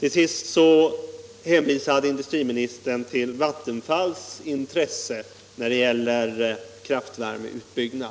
Till sist hänvisar industriministern till Vattenfalls intresse för kraftvärmeutbyggnad.